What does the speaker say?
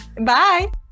bye